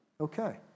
Okay